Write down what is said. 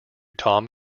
tom